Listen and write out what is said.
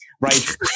right